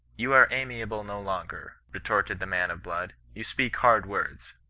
you are amiable no longer retorted the man of blood, you speak hard words